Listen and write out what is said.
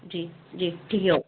जी जी ठीक है ओके